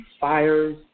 fires